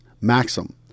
maxim